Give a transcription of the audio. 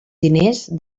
diners